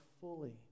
fully